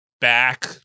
back